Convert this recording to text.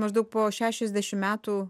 maždaug po šešiasdešim metų